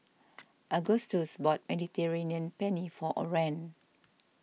Agustus bought Mediterranean Penne for Orren